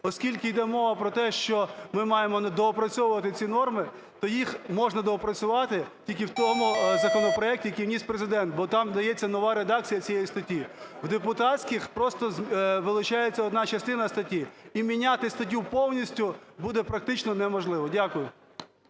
Оскільки йде мова про те, що ми маємо недоопрацьовувати ці норми, то їх можна доопрацювати тільки в тому законопроекті, який вніс Президент, бо там дається нова редакція цієї статті. В депутатських просто вилучається одна частина статті, і міняти статтю повністю буде практично неможливо. Дякую.